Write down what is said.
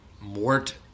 Mort